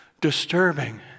Disturbing